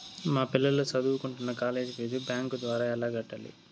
మా పిల్లలు సదువుకుంటున్న కాలేజీ ఫీజు బ్యాంకు ద్వారా ఎలా కట్టాలి?